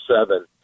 seven